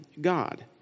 God